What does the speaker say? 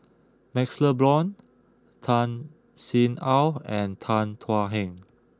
Maxle Blond Tan Sin Aun and Tan Thuan Heng